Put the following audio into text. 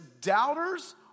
doubters